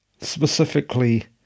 specifically